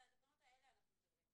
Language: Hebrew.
כלומר, על התקנות האלה אנחנו מדברים.